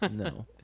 No